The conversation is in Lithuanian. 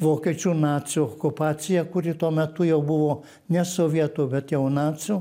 vokiečių nacių okupaciją kuri tuo metu jau buvo ne sovietų bet jau nacių